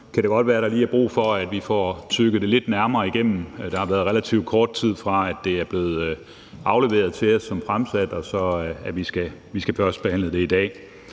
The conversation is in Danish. kan det godt være, at der lige er brug for, at vi får tygget det lidt mere igennem. Der har været relativt kort tid, fra det blev afleveret til os som fremsat, og til vi skal førstebehandle det i dag.